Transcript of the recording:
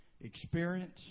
experience